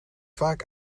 vaak